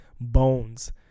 bones